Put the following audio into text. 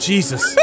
Jesus